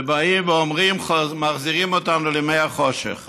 ובאים ואומרים: מחזירים אותנו לימי החושך.